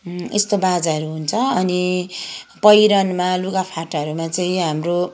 यस्तो बाजाहरू हुन्छ अनि पहिरनमा लुगाफाटाहरूमा चाहिँ हाम्रो